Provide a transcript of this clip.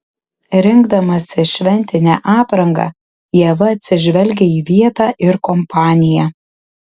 rinkdamasi šventinę aprangą ieva atsižvelgia į vietą ir kompaniją